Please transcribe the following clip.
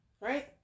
right